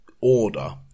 order